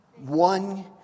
One